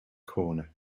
corner